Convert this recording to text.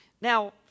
Now